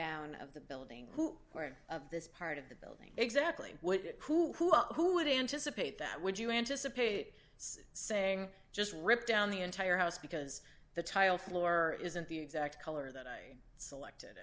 down of the building who wary of this part of the building exactly what it cool who are who would anticipate that would you anticipate saying just rip down the entire house because the tile floor isn't the exact color that i selected